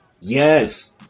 yes